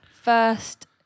first